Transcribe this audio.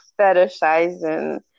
fetishizing